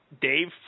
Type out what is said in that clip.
Dave